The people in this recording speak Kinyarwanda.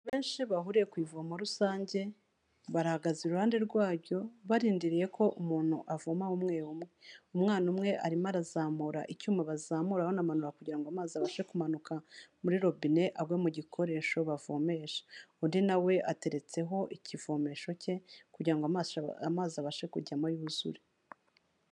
Benshi bahuriye ku ivomo rusange bahagaze iruhande rwaryo barindiriye ko umuntu avoma umweru umwe, umwana umwe arimo arazamura icyuma bazamura banamanura kugira ngo amazi abashe kumanuka muri robine agwe mu gikoresho bavomesha. Undi nawe ateretseho ikivomesho cye kugira ngo amazi abashe kujyamo yuzure.